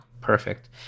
Perfect